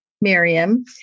Miriam